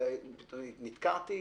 האם נתקעתי?